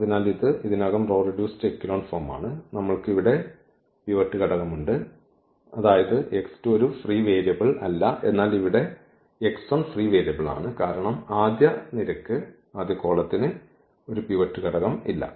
അതിനാൽ ഇത് ഇതിനകം റോ റെഡ്യൂസ്ഡ് എക്കെലോൺ ഫോമാണ് നമ്മൾക്ക് ഇവിടെ ഈ പിവറ്റ് ഘടകം ഉണ്ട് അതായത് ഈ ഒരു ഫ്രീ വേരിയബിൾ അല്ല എന്നാൽ ഇവിടെ ഈ ഫ്രീ വേരിയബിൾ ആണ് കാരണം ആദ്യ നിരയ്ക്ക് ഒരു പിവറ്റ് ഘടകം ഇല്ല